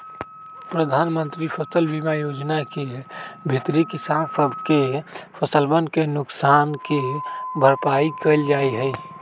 प्रधानमंत्री फसल बीमा योजना के भीतरी किसान सब के फसलवन के नुकसान के भरपाई कइल जाहई